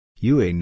UA